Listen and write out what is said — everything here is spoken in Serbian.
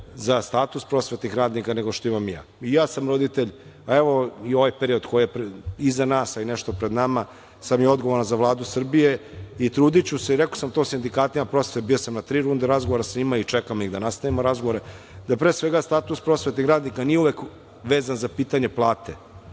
za status prosvetnih radnika nego što imam ja. I ja sam roditelj. Ovaj period koji je iza nas, a nešto i pred nama, sam odgovoran za Vladu Srbije i trudiću se, rekao sam to i sindikatima prosvete, bio sam na tri runde razgovora sa njima i čekam ih da nastavimo razgovore, da pre svega status prosvetnih radnika nije uvek vezan za pitanje plate,